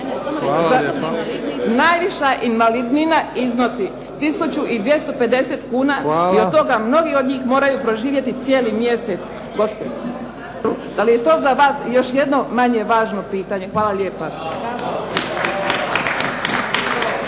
Najviša invalidnina iznosi 1250 kuna i od toga mnogi od njih moraju proživjeti cijeli mjesec, gospodine Sanaderu. Da li je to za vas i još jedno manje važno pitanje? Hvala lijepa.